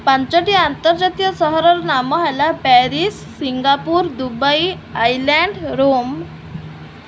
ପାଞ୍ଚଟି ଆନ୍ତର୍ଜାତୀୟ ସହରର ନାମ ହେଲା Paris Singapore Dubai Ireland Rome